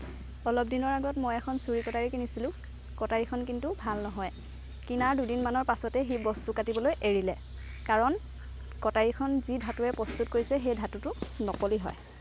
অলপ দিনৰ আগত মই এখন চুৰী কটাৰী কিনিছিলোঁ কটাৰীখন কিন্তু ভাল নহয় কিনাৰ দুদিনমানৰ পাছতেই সি বস্তু কাটিবলৈ এৰিলে কাৰণ কটাৰীখন যি ধাতুৰে প্ৰস্তুত কৰিছে সেই ধাতুটো নকলি হয়